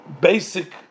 basic